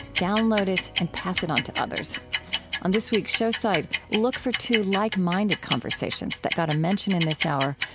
download it, and pass it on to others on this week's show site, look for two like-minded conversations that got a mention in this hour.